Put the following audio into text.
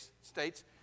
States